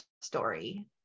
story